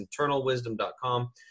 internalwisdom.com